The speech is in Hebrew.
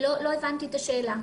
לא הבנתי את השאלה.